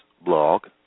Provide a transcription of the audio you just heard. blog